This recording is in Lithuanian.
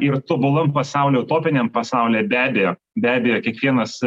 ir tobulam pasauly utopiniam pasaulyje be abejo be abejo kiekvienas